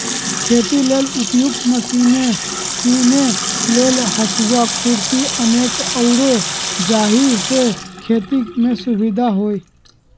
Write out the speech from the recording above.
खेती लेल उपयुक्त मशिने कीने लेल हसुआ, खुरपी अनेक आउरो जाहि से खेति में सुविधा होय